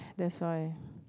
that's why